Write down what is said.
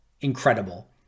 incredible